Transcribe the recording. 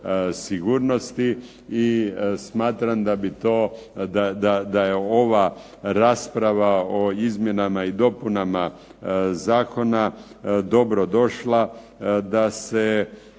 sigurnosti i smatram da je ova rasprava o izmjenama i dopunama zakona dobrodošla da se